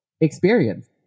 experience